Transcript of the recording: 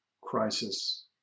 crisis